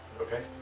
Okay